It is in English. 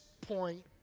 point